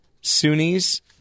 Sunnis